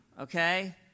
okay